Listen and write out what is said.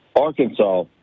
arkansas